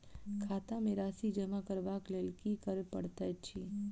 खाता मे राशि जमा करबाक लेल की करै पड़तै अछि?